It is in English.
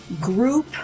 group